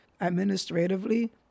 administratively